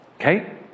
Okay